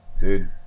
dude